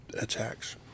attacks